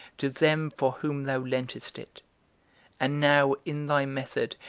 to them for whom thou lentest it and now in thy method,